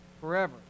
forever